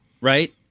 right